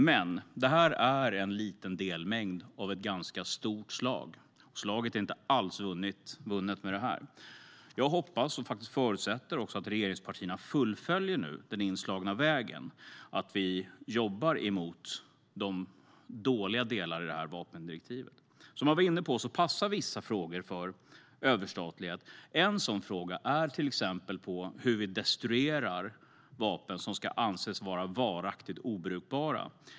Men det här är en liten del av ett ganska stort slag. Slaget är inte alls vunnet i och med detta. Jag hoppas och förutsätter att regeringspartierna nu fullföljer den inslagna vägen och jobbar emot de dåliga delarna i det här vapendirektivet. Som jag var inne på passar vissa frågor för överstatlighet. En sådan fråga är till exempel hur vi destruerar vapen som ska anses vara varaktigt obrukbara.